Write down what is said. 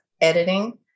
editing